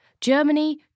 Germany